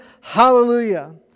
Hallelujah